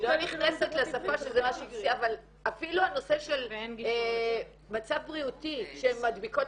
אני לא נכנסת לשפה שזה משהו --- אבל אפילו מצב בריאותי שהן מדביקות,